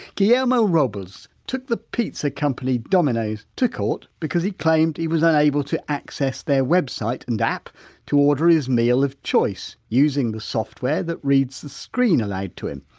guillermo robles took the pizza company, domino's, to court because he claimed he was unable to access their website and app to order his meal of choice, using the software that reads the screen allowed to him.